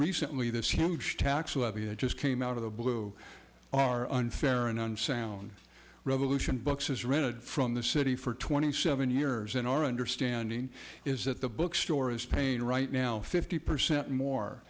recently this huge tax levy that just came out of the blue are unfair and unsound revolution books is rented from the city for twenty seven years and our understanding is that the bookstore is pain right now fifty percent more